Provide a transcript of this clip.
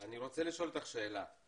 אני רוצה לשאול אותך שאלה.